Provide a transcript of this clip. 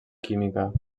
química